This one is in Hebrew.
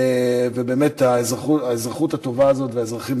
ובאמת האזרחות הטובה הזאת והאזרחים,